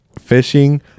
fishing